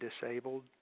disabled